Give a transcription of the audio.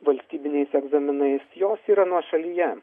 valstybiniais egzaminais jos yra nuošalyje